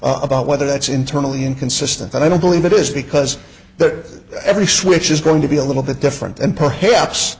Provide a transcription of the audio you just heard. about whether that's internally inconsistent but i don't believe it is because that every switch is going to be a little bit different and perhaps